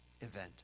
event